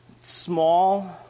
small